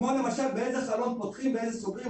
כמו למשל, באיזה חלון פותחים, באיזה סוגרים?